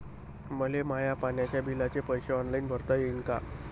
मले माया पाण्याच्या बिलाचे पैसे ऑनलाईन भरता येईन का?